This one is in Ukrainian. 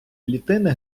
клітини